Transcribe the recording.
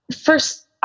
first